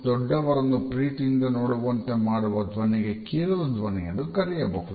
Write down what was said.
ದೊಡ್ಡವರನ್ನು ಪ್ರೀತಿಯಿಂದ ನೋಡುವಂತೆ ಮಾಡುವ ಧ್ವನಿಗೆ ಕೀರಲು ಧ್ವನಿ ಎಂದು ಕರೆಯಬಹುದು